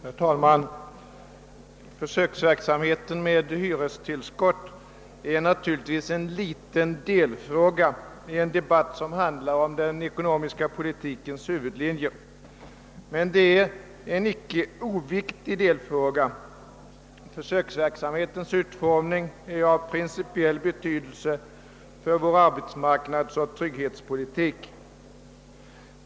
Herr talman! Försöksverksamheten med hyrestillskott är naturligtvis en liten delfråga i en debatt som handlar om den ekonomiska politikens huvudlinjer. Men det är en icke oviktig delfråga. Försöksverksamhetens utformning är av principiell betydelse för vår arbetsmarknadsoch trygghetspolitik.